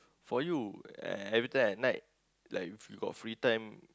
for you e~ every time at night like if you got free time